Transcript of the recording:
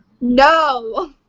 No